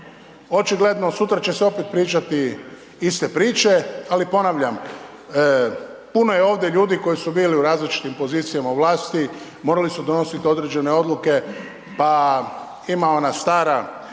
Očigledno sutra će se opet pričati iste priče ali ponavljam, puno je ovdje ljudi koji su bili u različitim pozicijama u vlasti, morali su donositi određene odluke pa ima ona stara